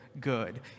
good